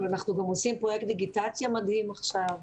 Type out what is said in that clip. ואנחנו גם עושים פרויקט דיגיטציה מדהים עכשיו.